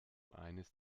eines